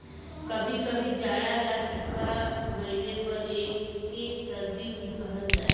कभी कभी जाड़ा लाग गइले पर एके सर्दी भी कहल जाला